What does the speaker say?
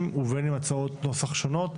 בין אם רעיונות חדשים ובין אם הצעות נוסח שונות,